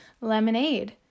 lemonade